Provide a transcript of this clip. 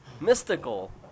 Mystical